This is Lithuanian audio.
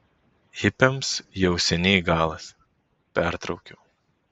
hipiams jau seniai galas pertraukiau